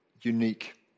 unique